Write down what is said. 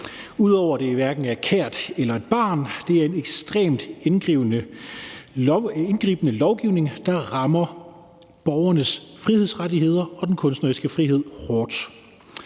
ud over at det hverken er kært eller et barn. Det er en ekstremt indgribende lovgivning, der rammer borgernes frihedsrettigheder og den kunstneriske frihed hårdt.